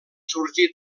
sorgir